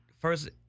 first